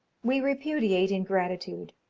we repudiate ingratitude,